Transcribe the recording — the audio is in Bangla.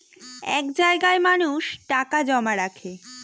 এক জায়গায় মানুষ টাকা জমা রাখে